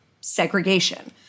segregation